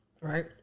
right